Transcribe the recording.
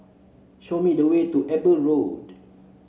show me the way to Eber Road